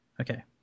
Okay